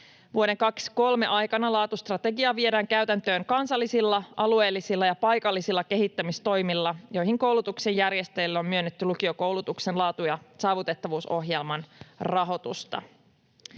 Vuoden 23 aikana laatustrategia viedään käytäntöön kansallisilla, alueellisilla ja paikallisilla kehittämistoimilla, joihin koulutuksen järjestäjille on myönnetty lukiokoulutuksen laatu- ja saavutettavuusohjelman rahoitusta.